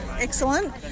Excellent